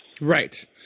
Right